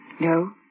No